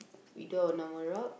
we do our normal job